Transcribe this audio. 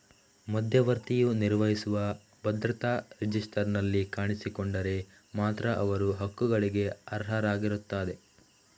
ಮಧ್ಯವರ್ತಿಯು ನಿರ್ವಹಿಸುವ ಭದ್ರತಾ ರಿಜಿಸ್ಟರಿನಲ್ಲಿ ಕಾಣಿಸಿಕೊಂಡರೆ ಮಾತ್ರ ಅವರು ಹಕ್ಕುಗಳಿಗೆ ಅರ್ಹರಾಗಿರುತ್ತಾರೆ